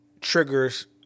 triggers